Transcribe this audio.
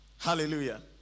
Hallelujah